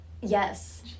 Yes